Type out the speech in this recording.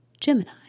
Gemini